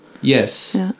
yes